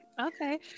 okay